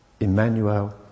Emmanuel